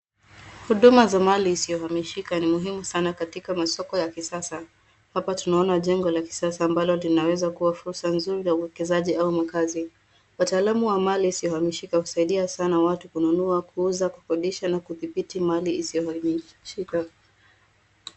Huduma za mali isiyohamishika ni muhimu sana katika masoko ya kisasa. Hapa tunaona jengo la kisasa ambalo linaweza kuwa fursa nzuri ya uwekezaji au makazi. Wataalamu wa mali isiyohamishika husaidia sana watu kununua, kuuza, kukodisha na kudhibiti mali isiyohamishika .